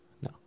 No